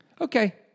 Okay